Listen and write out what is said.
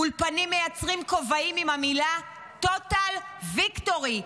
אולפנים מייצרים כובעים עם המיליםtotal victory .